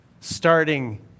starting